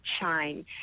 shine